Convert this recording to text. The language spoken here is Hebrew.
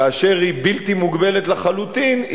כאשר היא בלתי מוגבלת לחלוטין,